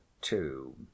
Two